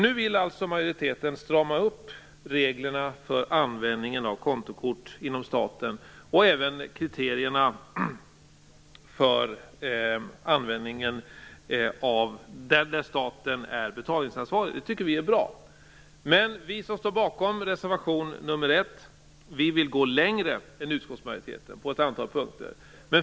Nu vill alltså majoriteten strama upp reglerna för användningen av kontokort inom staten, och även kriterierna för användningen där staten är betalningsansvarig. Det tycker vi är bra. Men vi som står bakom reservation nr 1 vill gå längre än utskottsmajoriteten på ett antal punkter.